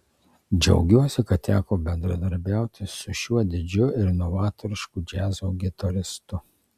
džiaugiuosi kad teko bendradarbiauti su šiuo didžiu ir novatorišku džiazo gitaristu